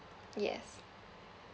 yes